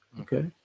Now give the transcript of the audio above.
okay